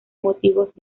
motivos